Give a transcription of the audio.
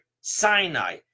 Sinai